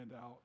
out